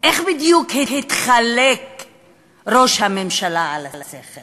איך בדיוק התחלק ראש הממשלה על השכל